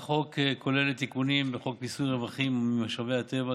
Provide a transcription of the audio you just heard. כוללת תיקונים בחוק מיסוי רווחים ממשאבי הטבע,